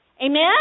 Amen